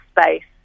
space